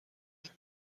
dit